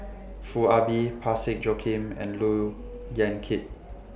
Foo Ah Bee Parsick Joaquim and Look Yan Kit